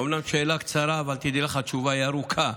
אומנם שאלה קצרה, אבל תדעי לך, התשובה היא ארוכה.